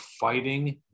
fighting